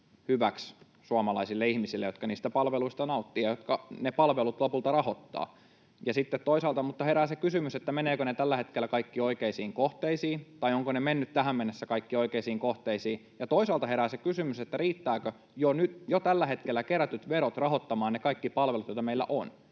hyväksi suomalaisille ihmisille, jotka niistä palveluista nauttivat ja jotka ne palvelut lopulta rahoittavat. Mutta herää se kysymys, menevätkö ne tällä hetkellä kaikki oikeisiin kohteisiin tai ovatko ne menneet tähän mennessä kaikki oikeisiin kohteisiin, ja toisaalta herää se kysymys, riittävätkö nyt jo tällä hetkellä kerätyt verot rahoittamaan kaikki ne palvelut, joita meillä on.